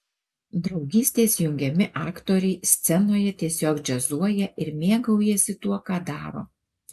draugystės jungiami aktoriai scenoje tiesiog džiazuoja ir mėgaujasi tuo ką daro